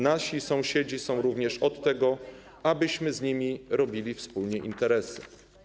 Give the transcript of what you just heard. Nasi sąsiedzi są również od tego, abyśmy robili z nimi wspólnie interesy.